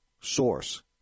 source